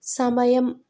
సమయం